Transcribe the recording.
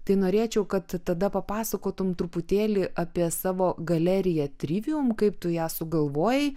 tai norėčiau kad tada papasakotum truputėlį apie savo galeriją trivium kaip tu ją sugalvojai